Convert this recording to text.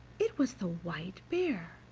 it was the white bear,